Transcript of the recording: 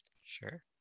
Sure